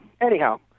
Anyhow